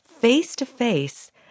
face-to-face